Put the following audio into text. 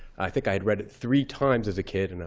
i think i'd read it three times as a kid. and i